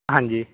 ਹਾਂਜੀ